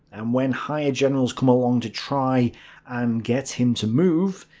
and when higher generals come along to try and get him to move,